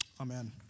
Amen